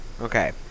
Okay